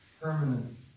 permanent